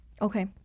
Okay